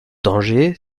danger